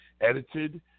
edited